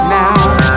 now